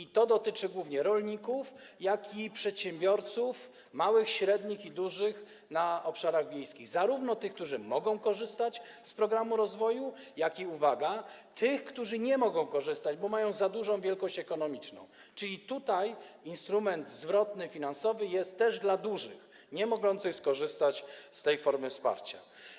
I to dotyczy głównie rolników, ale i przedsiębiorców, małych, średnich i dużych, na obszarach wiejskich, zarówno tych, którzy mogą korzystać z programu rozwoju, jak i - uwaga - tych, którzy nie mogą z niego korzystać, bo mają za dużą wielkość ekonomiczną, czyli tutaj instrument zwrotny finansowy jest też dla dużych, niemogących skorzystać z tej formy wsparcia.